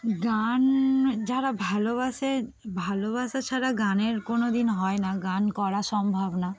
গান যারা ভালোবাসে ভালোবাসা ছাড়া গানের কোনো দিন হয় না গান করা সম্ভব না